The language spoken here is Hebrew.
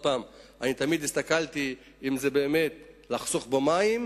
תמיד הסתכלתי אם זה באמת לחסוך במים,